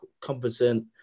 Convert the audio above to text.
competent